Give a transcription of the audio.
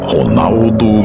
Ronaldo